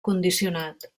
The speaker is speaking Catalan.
condicionat